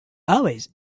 always